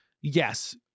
yes